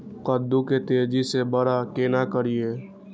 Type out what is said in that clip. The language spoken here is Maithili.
कद्दू के तेजी से बड़ा केना करिए?